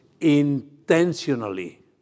intentionally